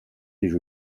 genoux